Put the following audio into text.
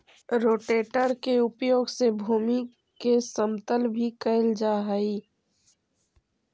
rotator के उपयोग से भूमि के समतल भी कैल जा हई